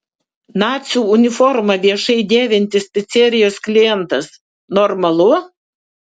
nacių uniformą viešai dėvintis picerijos klientas normalu